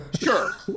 sure